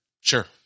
Sure